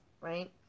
right